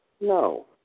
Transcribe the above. No